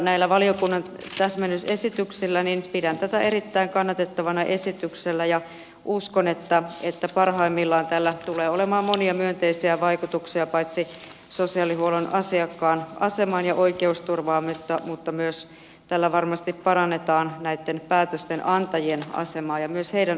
näillä valiokunnan täsmennysesityksillä pidän tätä erittäin kannatettavana esityksenä ja uskon että parhaimmillaan tällä tulee olemaan monia myönteisiä vaikutuksia sosiaalihuollon asiakkaan asemaan ja oikeusturvaan mutta tällä myös varmasti parannetaan päätösten antajien asemaa ja myös heidän oikeusturvaansa